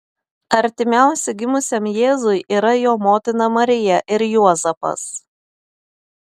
artimiausi gimusiam jėzui yra jo motina marija ir juozapas